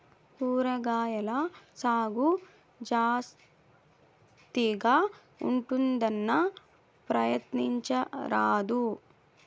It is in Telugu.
కూరగాయల సాగు జాస్తిగా ఉంటుందన్నా, ప్రయత్నించరాదూ